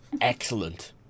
Excellent